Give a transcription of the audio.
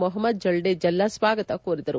ಮೊಹಮ್ಮದ್ ಜುಲ್ದೇ ಜಲ್ಲಾ ಸ್ವಾಗತ ಕೋರಿದರು